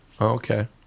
Okay